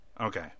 Okay